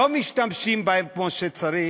לא משתמשים בהן כמו שצריך,